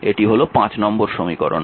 এটি হল নম্বর সমীকরণ